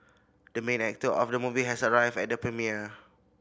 the main actor of the movie has arrived at the premiere